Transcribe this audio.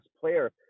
player